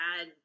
add